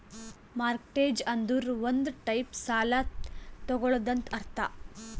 mortgage ಅಂದುರ್ ಒಂದ್ type ಸಾಲ ತಗೊಳದಂತ್ ಅರ್ಥ